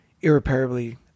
irreparably